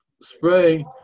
spray